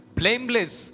blameless